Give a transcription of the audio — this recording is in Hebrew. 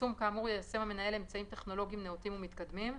בפרסום כאמור יישם המנהל אמצעים טכנולוגיים נאותים ומתקדמים,